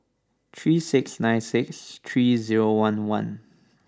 three six nine six three zero one one